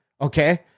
Okay